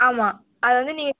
ஆமாம் அதை வந்து நீங்கள்